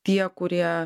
tie kurie